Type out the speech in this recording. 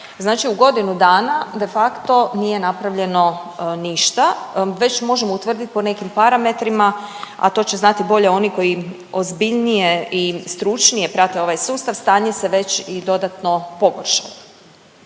Znači u godinu dana de facto nije napravljeno ništa već možemo utvrdit po nekim parametrima, a to će znati bolje oni koji ozbiljnije i stručnije prate ovaj sustav, stanje se već i dodatno pogoršalo.